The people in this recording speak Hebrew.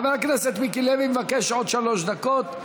חבר הכנסת מיקי לוי מבקש עוד שלוש דקות.